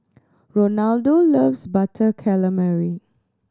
Ronaldo loves Butter Calamari